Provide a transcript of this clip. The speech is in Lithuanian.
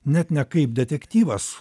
net ne kaip detektyvas